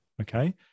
okay